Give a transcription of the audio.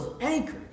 anchored